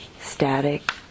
static